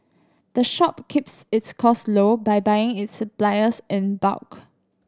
the shop keeps its cost low by buying its suppliers in bulk